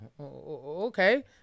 Okay